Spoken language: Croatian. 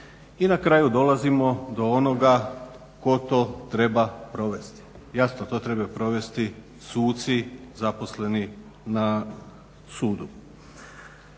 i na kraju dolazimo do onoga tko to treba provesti. Jasno to trebaju provesti suci zaposleni na sudu.